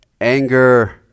Anger